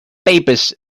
papers